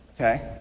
Okay